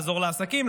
לעזור לעסקים,